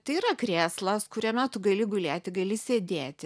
tai yra krėslas kuriame tu gali gulėti gali sėdėti